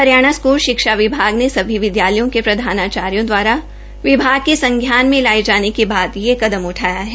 Haryana school शिक्षा विभाग ने सभी विधालयों के प्रधानाचार्य दवारा विभाग के संज्ञान में लाये जाने के बाद यह कदम उठाया गया है